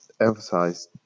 emphasize